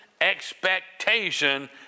expectation